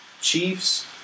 Chiefs